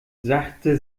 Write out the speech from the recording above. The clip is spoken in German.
sachte